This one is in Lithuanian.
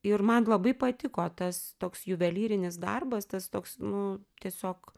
ir man labai patiko tas toks juvelyrinis darbas tas toks nu tiesiog